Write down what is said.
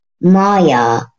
Maya